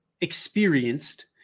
experienced